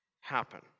happen